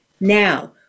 now